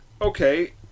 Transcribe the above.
okay